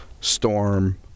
storm